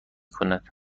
کند